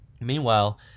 Meanwhile